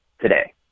today